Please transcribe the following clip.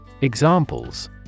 Examples